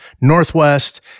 northwest